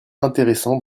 intéressant